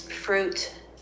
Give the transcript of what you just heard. fruit